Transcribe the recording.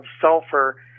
sulfur